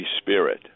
Spirit